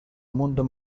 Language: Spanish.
mundo